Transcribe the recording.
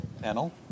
Panel